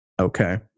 Okay